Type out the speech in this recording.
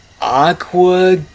Aqua